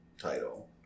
title